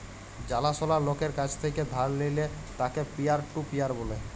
জালা সলা লকের কাছ থেক্যে ধার লিলে তাকে পিয়ার টু পিয়ার ব্যলে